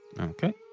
Okay